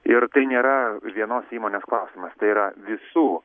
ir tai nėra vienos įmonės klausimas tai yra visų